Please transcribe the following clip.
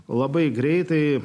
labai greitai